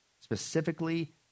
specifically